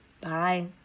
Bye